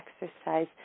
exercise